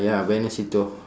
ya benny se teo